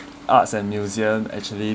arts and museum actually